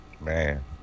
Man